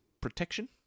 Protection